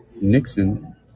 Nixon